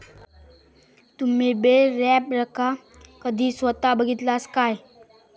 तुम्ही बेल रॅपरका कधी स्वता बघितलास काय?